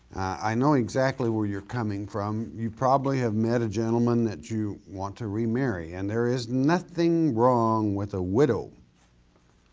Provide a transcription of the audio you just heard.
i know exactly where you're coming from, you probably have met a gentlemen that you want to remarry, and there is nothing wrong with a widow